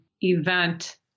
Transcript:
event